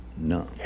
No